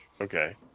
Okay